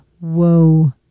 whoa